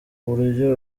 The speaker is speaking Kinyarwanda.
buryo